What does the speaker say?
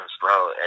bro